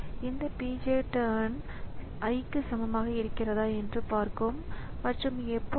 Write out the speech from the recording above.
எனவே கணினி துவங்கும் போது உருவாக்கப்படும் முதல் செயல்முறை இதுவாகும்